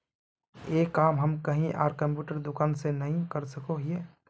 ये काम हम कहीं आर कंप्यूटर दुकान में नहीं कर सके हीये?